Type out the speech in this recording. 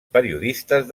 periodistes